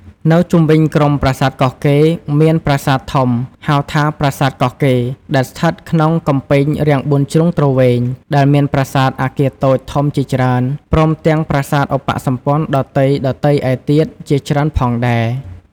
នៅជុំវិញក្រុមប្រាសាទកោះកេរ្តិ៍ មាន ប្រាសាទធំ ហៅថាប្រាសាទកោះកេរ្ដិ៍ ដែលស្ថិតក្នុងកំពែងរាងបួនជ្រុងទ្រវែង ដែលមានប្រាសាទ អគារតូច ធំជាច្រើន ព្រមទាំងប្រាសាទឧបសម្ព័ន្ធដទៃៗឯទៀតជាច្រើនផងដែរ។